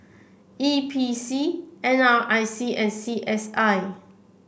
E P C N R I C and C S I